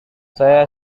saya